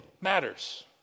matters